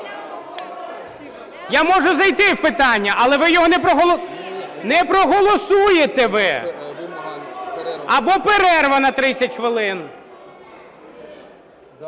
Я можу зайти в питання, але ви його не проголосуєте, або перерва на 30 хвилин.